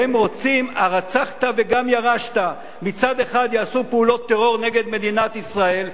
והם רוצים "הרצחת וגם ירשת" מצד אחד יעשו פעולות טרור נגד מדינת ישראל,